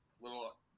little –